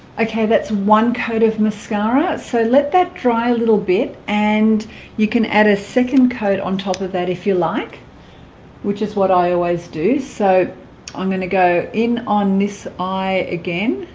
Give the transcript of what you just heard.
okay that's one coat of mascara so let that dry a little bit and you can add a second coat on top of that if you like which is what i always do so i'm going to go in on this eye again